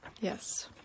Yes